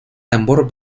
tambor